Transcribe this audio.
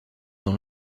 dans